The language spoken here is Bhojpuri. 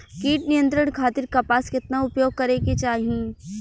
कीट नियंत्रण खातिर कपास केतना उपयोग करे के चाहीं?